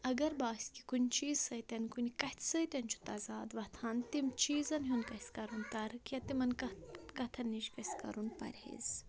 اگر باسہِ کہِ کُنہِ چیٖز سۭتۍ کُنہِ کَتھِ سۭتۍ چھُ تضاد وۄتھان تِم چیٖزَن ہُنٛد گژھِ کَرُن تَرٕ کہِ تِمَن کہ کَتھَن نِش گَژھِ کَرُن پرہیز